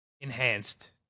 enhanced